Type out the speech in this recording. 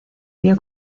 vio